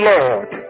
Lord